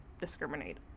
discriminate